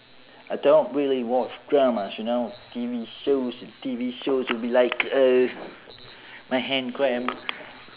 I don't really watch dramas you know T_V shows T_V shows will be like uh my hand cramp